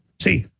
see,